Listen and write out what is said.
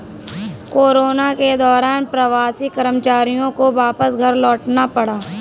corona के दौरान प्रवासी कर्मचारियों को वापस घर लौटना पड़ा